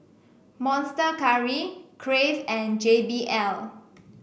Monster Curry Crave and J B L